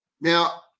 Now